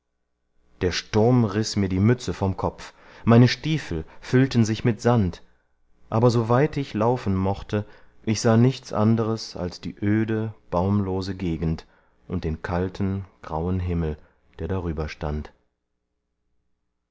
der sturm riß mir die mütze vom kopf meine stiefel füllten sich mit sand aber so weit ich laufen mochte ich sah nichts anderes als die öde baumlose gegend und den kalten grauen himmel der